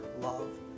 love